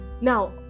Now